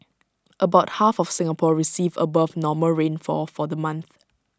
about half of Singapore received above normal rainfall for the month